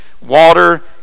water